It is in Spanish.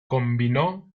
combinó